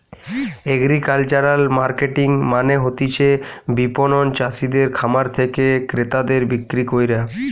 agricultural marketing মানে হতিছে বিপণন চাষিদের খামার থেকে ক্রেতাদের বিক্রি কইরা